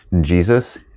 Jesus